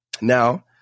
Now